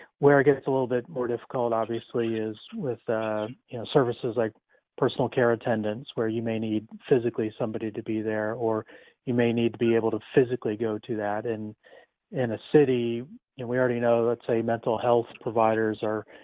where it gets a little bit more difficult obviously is with the services like personal care attendants where you may need physically somebody to be there or you may need to be able to physically go to that in and a city and we already know that's, say, mental health providers are,